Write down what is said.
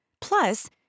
Plus